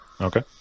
Okay